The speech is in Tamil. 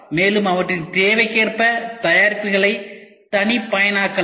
மேலும் அவற்றின் தேவைக்கேற்ப தயாரிப்புகளைத் தனிப்பயனாக்கலாம்